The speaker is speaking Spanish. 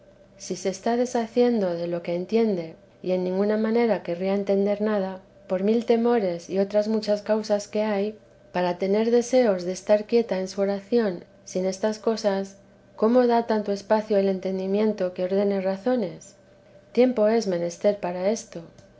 si se está deshaciendo de lo que entiende y en ninguna manera querría entender nada por mil temores y otras muchas causas que hay para tener deseos de estar quieta en su oración sin estas cosas cómo da tanto espacio el entendimiento que ordene razones tiempo es menester para esto